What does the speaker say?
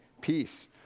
peace